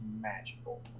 magical